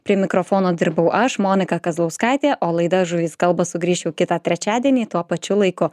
prie mikrofono dirbau aš monika kazlauskaitė o laida žuvys kalba sugrįšiu kitą trečiadienį tuo pačiu laiku